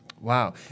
Wow